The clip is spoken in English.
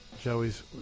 Joey's